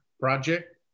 project